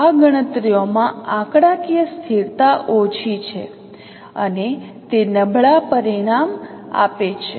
તેથી આ ગણતરીઓમાં આંકડાકીય સ્થિરતા ઓછી છે અને તે નબળા પરિણામ આપે છે